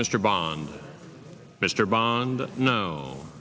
mr bond mr bond no